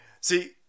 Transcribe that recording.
See